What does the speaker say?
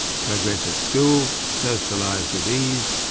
progress at school, socialise with ease,